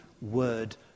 word